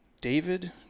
David